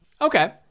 Okay